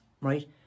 right